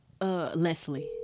Leslie